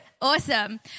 Awesome